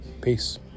Peace